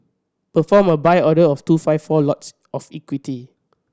perform a Buy order of two five four lots of equity